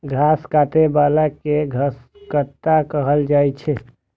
घास काटै बला कें घसकट्टा कहल जाइ छै